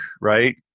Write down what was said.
right